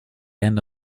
end